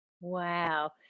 Wow